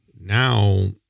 now